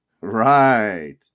Right